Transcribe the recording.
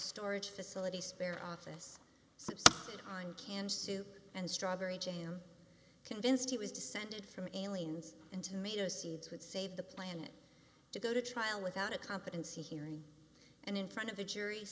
storage facility spare office on canned soup and strawberry jam convinced he was descended from aliens and tomato seeds would save the planet to go to trial without a competency hearing and in front of a jury